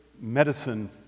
medicine